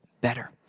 better